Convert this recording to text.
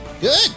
good